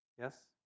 Yes